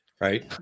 right